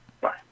Bye